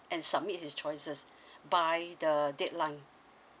and submit his choices by the deadline